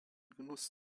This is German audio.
genuss